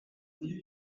die